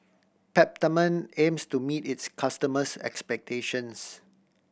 Peptamen aims to meet its customers' expectations